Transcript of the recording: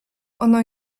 ono